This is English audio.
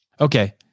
Okay